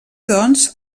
doncs